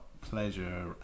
pleasure